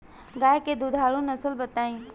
गाय के दुधारू नसल बताई?